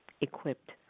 equipped